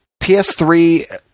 PS3